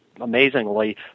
amazingly